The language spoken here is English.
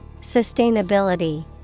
Sustainability